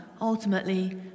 ultimately